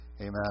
amen